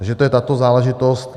Takže to je tato záležitost.